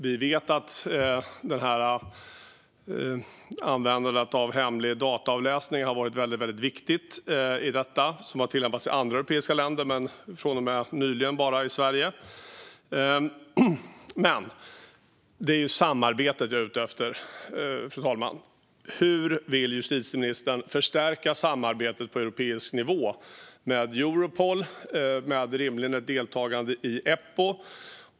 Vi vet att användandet av hemlig dataavläsning har varit väldigt viktigt i detta. Det har tidigare tillämpats i andra europeiska länder men bara sedan nyligen i Sverige. Men det är samarbetet jag är ute efter, fru talman. Hur vill justitieministern förstärka samarbetet på europeisk nivå med Europol och rimligen genom ett deltagande i Eppo?